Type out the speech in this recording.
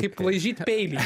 kaip laižyt peilį